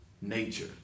nature